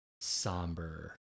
somber